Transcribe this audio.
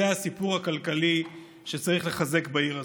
זה הסיפור הכלכלי שצריך לחזק בעיר הזאת.